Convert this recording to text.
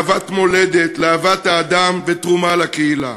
לאהבת מולדת, לאהבת האדם ולתרומה לקהילה.